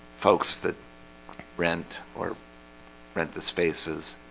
folks that rent or rent the spaces